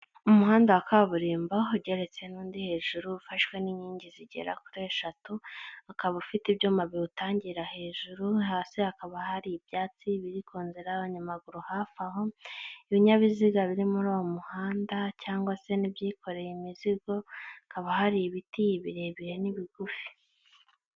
Umuhanda wa kaburimbo ugeretse n'undi hejuru ufashwe n'inkingi zigera kuri eshatu, akaba ufite ibyuma biwutangira hejuru, hasi hakaba hari ibyatsi biri ku nzira y'abanyamaguru hafi aho, ibinyabiziga biri muri uwo muhanda cyangwa se n'ibyikoreye imizigo, hakaba hari ibiti, ibirebire n'ibigufi.